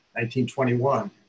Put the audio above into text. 1921